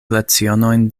lecionojn